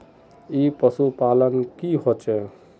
ई पशुपालन की होचे?